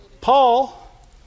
Paul